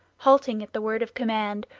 halting at the word of command,